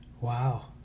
Wow